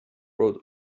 wrote